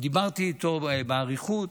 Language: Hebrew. דיברתי איתו באריכות.